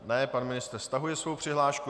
Ne, pan ministr stahuje svou přihlášku.